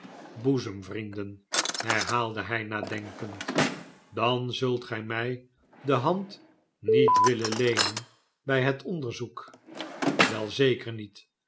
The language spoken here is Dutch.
boezem vrienden herhaalde hij nadenkend dan zult gij my de hand niet willen leenen by het onderzoek wel zekef niet